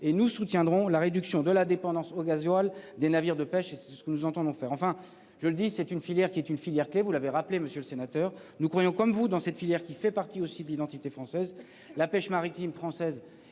et nous soutiendrons la réduction de la dépendance au gasoil des navires de pêche et c'est ce que nous entendons faire enfin je le dis, c'est une filière qui est une filière clé, vous l'avez rappelé monsieur le sénateur, nous croyons comme vous dans cette filière qui fait partie aussi de l'identité française. La pêche maritime française